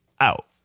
out